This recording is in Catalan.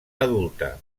adulta